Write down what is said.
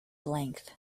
length